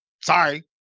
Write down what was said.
sorry